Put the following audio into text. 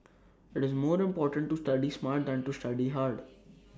IT is more important to study smart than to study hard